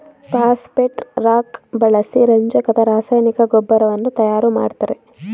phosphate rock ಬಳಸಿ ರಂಜಕದ ರಾಸಾಯನಿಕ ಗೊಬ್ಬರವನ್ನು ತಯಾರು ಮಾಡ್ತರೆ